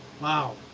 wow